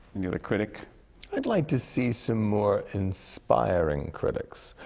any other critic i'd like to see some more inspiring critics.